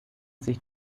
sich